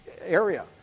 area